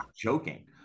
joking